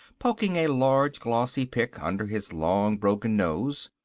poking a large glossy pic under his long broken nose.